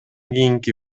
кийинки